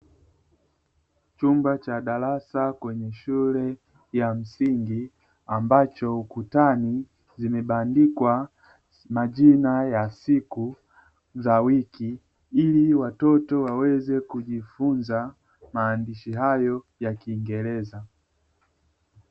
Chumba cha darasa kwenye shule ya msingi, ambacho ukutani zimebandikwa majina ya siku za wiki ili watoto waweze kujifunza maandishi hayo ya kingereza.